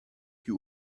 you